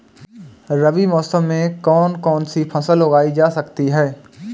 रबी मौसम में कौन कौनसी फसल उगाई जा सकती है?